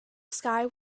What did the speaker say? sky